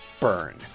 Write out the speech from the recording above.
burn